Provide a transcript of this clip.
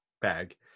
bag